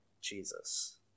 Jesus